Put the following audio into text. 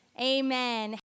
amen